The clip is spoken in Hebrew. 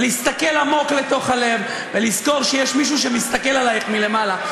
ולהסתכל עמוק לתוך הלב ולזכור שיש מישהו שמסתכל עלייך מלמעלה,